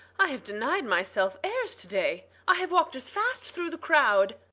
i have denied myself airs to-day. i have walked as fast through the crowd